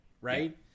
right